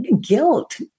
guilt